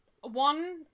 one